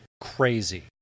crazy